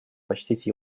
почтить